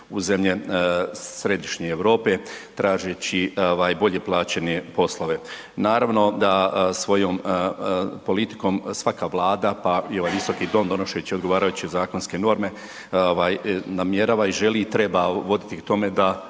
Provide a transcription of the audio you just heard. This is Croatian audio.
u zemlje središnje Europe tražeći bolje plaćene poslove. Naravno da svojom politikom svaka vlada, pa i ovaj Visoki dom donoseći odgovarajuće zakonske norme, namjerava i želi i treba voditi k tome da